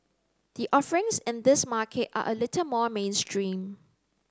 the offerings in this market are a little more mainstream